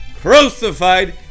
crucified